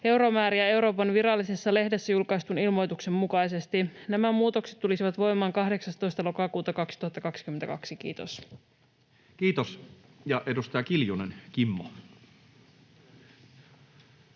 euromääriä Euroopan virallisessa lehdessä julkaistun ilmoituksen mukaisesti. Nämä muutokset tulisivat voimaan 18. lokakuuta 2022. — Kiitos. Kiitos. — Ja edustaja Kiljunen, Kimmo.